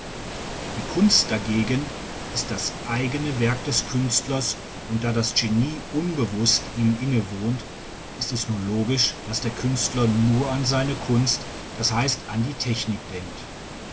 die kunst dagegen ist das eigne werk des künstlers und da das genie unbewußt ihm innewohnt ist es nur logisch daß der künstler nur an seine kunst das heißt an die technik denkt